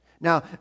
Now